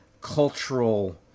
cultural